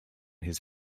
his